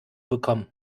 bekommen